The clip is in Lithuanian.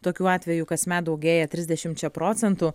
tokių atvejų kasmet daugėja trisdešimčia procentų